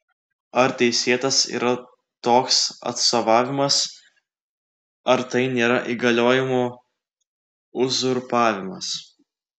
ar teisėtas yra toks atstovavimas ar tai nėra įgaliojimų uzurpavimas